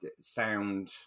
sound